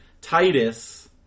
Titus